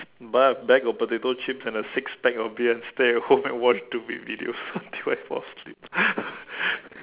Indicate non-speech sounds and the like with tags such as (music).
buy bag of a potato chips and a six pack of beer and stay at home and watch stupid videos until I fall asleep (laughs)